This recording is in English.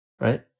right